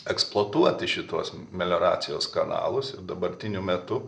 eksploatuoti šituos melioracijos kanalus dabartiniu metu